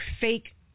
fake